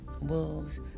wolves